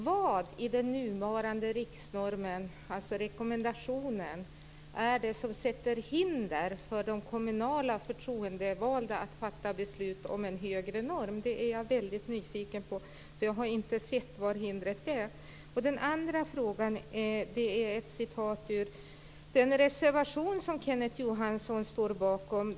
Vad är det i den nuvarande rekommendationen för riksnormen som hindrar de kommunala förtroendevalda från att fatta beslut om en högre nivå? Det är jag väldigt nyfiken på, eftersom jag inte har sett det hindret. Den andra frågan gäller ett citat ur den reservation som Kenneth Johansson står bakom.